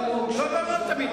נגדו כתב אישום.